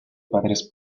padres